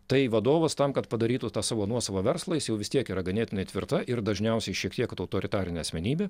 tai vadovas tam kad padarytų tą savo nuosavą verslą jis jau vis tiek yra ganėtinai tvirta ir dažniausiai šiek tiek autoritarinė asmenybė